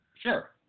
Sure